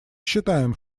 считаем